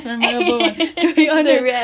all that we have